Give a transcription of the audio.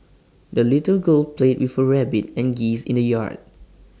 the little girl played with her rabbit and geese in the yard